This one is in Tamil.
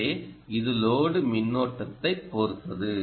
எனவே இது லோடு மின்னோட்டத்தைப் பொறுத்தது